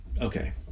Okay